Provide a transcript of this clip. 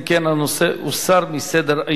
אם כן, הנושא הוסר מסדר-היום.